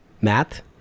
math